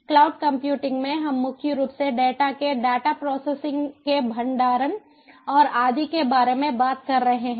cloud computing में हम मुख्य रूप से डेटा के डाटा प्रोसेसिंग के भंडारण और आदि के बारे में बात कर रहे हैं